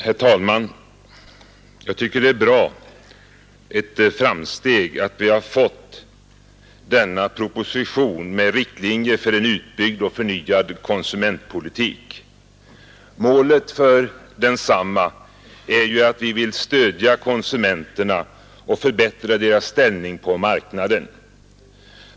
Herr talman! Jag tycker att det är bra — ett framsteg — att vi har fått denna proposition med riktlinjer för en utbyggd och förnyad konsumentpolitik. Målet för denna är ju att vi vill stödja konsumenterna och förbättra deras ställning på marknaden.